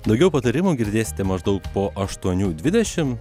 daugiau patarimų girdėsite maždaug po aštuonių dvidešimt